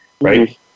right